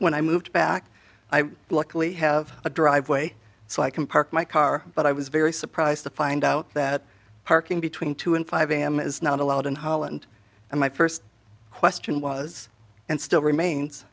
when i moved back i likely have a driveway so i can park my car but i was very surprised to find out that parking between two and five am is not allowed in holland and my first question was and still remains